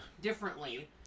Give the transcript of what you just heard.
differently